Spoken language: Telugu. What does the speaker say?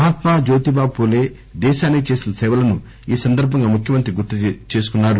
మహాత్మా జ్యోతిబాపూలే దేశానికి చేసిన సేవలను ఈ సందర్బంగా ముఖ్యమంత్రి గుర్తుకు తెచ్చుకున్నారు